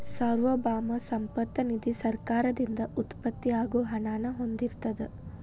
ಸಾರ್ವಭೌಮ ಸಂಪತ್ತ ನಿಧಿ ಸರ್ಕಾರದಿಂದ ಉತ್ಪತ್ತಿ ಆಗೋ ಹಣನ ಹೊಂದಿರತ್ತ